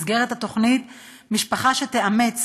שבמסגרתה משפחה תאמץ